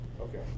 Okay